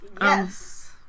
Yes